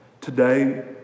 Today